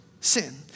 sin